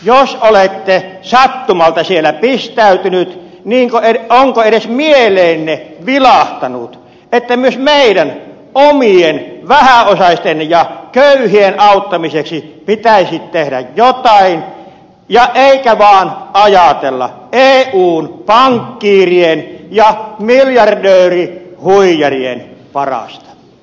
jos olette sattumalta siellä pistäytynyt niin onko edes mieleenne vilahtanut että myös meidän omien vähäosaisten ja köyhien auttamiseksi pitäisi tehdä jotain eikä vaan ajatella eun pankkiirien ja miljardöörihuijarien parasta